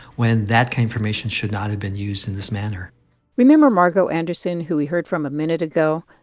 when that came information should not have been used in this manner remember margo anderson who we heard from a minute ago?